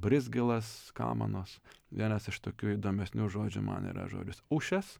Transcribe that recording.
brizgilas kamanos vienas iš tokių įdomesnių žodžių man yra žodis ušės